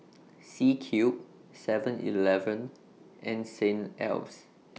C Cube Seven Eleven and Saint Ives